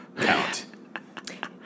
count